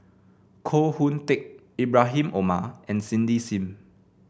Koh Hoon Teck Ibrahim Omar and Cindy Sim